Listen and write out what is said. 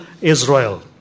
Israel